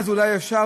אז אולי אפשר,